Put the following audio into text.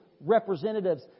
representatives